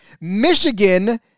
Michigan